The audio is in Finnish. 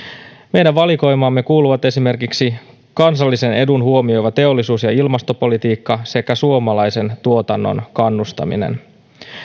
meidän valikoimaamme kuuluvat esimerkiksi kansallisen edun huomioiva teollisuus ja ilmastopolitiikka sekä suomalaisen tuotannon kannustaminen